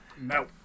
No